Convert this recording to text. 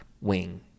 wing